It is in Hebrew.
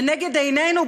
לנגד עינינו,